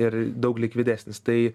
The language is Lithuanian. ir daug likvidesnis tai